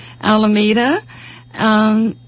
Alameda